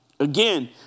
Again